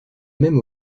même